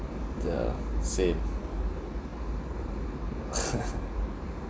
ya same